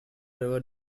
river